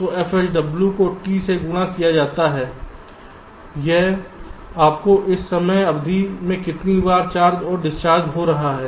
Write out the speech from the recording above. तो FSW को T से गुणा किया जाता है यह आपको इस समय अवधि में कितनी बार चार्ज और डिस्चार्ज हो रहा है